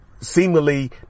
seemingly